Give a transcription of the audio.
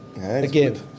again